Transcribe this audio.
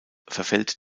verfällt